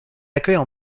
accueille